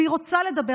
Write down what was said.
והיא רוצה לדבר,